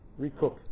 recook